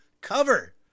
Cover